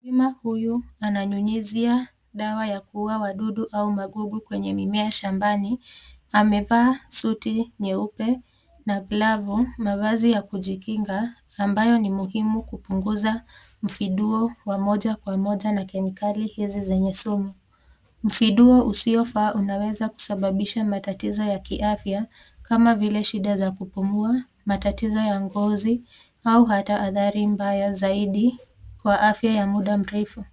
Mkulima huyu ananyunyizia dawa ya kuua wadudu au madudu kwenye mimmea shambani. Amevaa suti nyeupe na glovu mavazi ya kujikinga ambayo ni muhimu kupunguza mviduo pamoja pamoja na kemikali hizi zenye sumu. Mviduo usiofaa unaweza kusababisha matatizo ya kiafya kama vile shida za kupumua. Matatizo ya ngozi au hata hatari mbaya zaidi kwa afya ya muda mrefu.